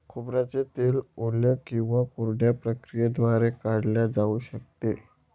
खोबऱ्याचे तेल ओल्या किंवा कोरड्या प्रक्रियेद्वारे काढले जाऊ शकते